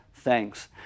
thanks